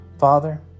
Father